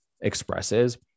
expresses